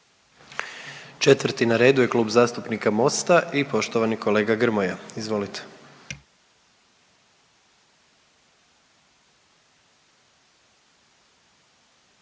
prvi na redu Klub zastupnika Mosta, poštovani kolega Troskot, izvolite.